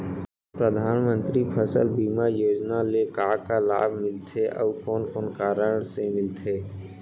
परधानमंतरी फसल बीमा योजना ले का का लाभ मिलथे अऊ कोन कोन कारण से मिलथे?